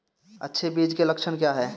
अच्छे बीज के लक्षण क्या हैं?